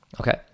okay